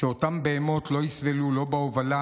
שאותן בהמות לא יסבלו בהובלה.